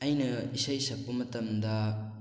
ꯑꯩꯅ ꯏꯁꯩ ꯁꯛꯄ ꯃꯇꯝꯗ